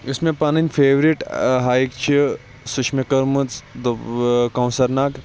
یۅس مےٚ پَنٕنۍ فیورِٹ بایِٹ چھِ سۄ چھِ مےٚ کٔرمٕژ کونٛثَر ناگ